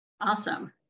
Awesome